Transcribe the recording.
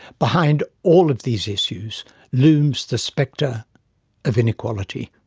behind all of these issues looms the spectre of inequality.